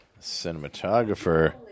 Cinematographer